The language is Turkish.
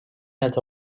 net